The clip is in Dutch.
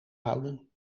houden